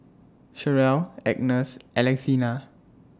Cherrelle Agnes Alexina